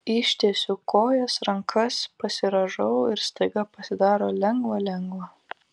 ištiesiu kojas rankas pasirąžau ir staiga pasidaro lengva lengva